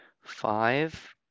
five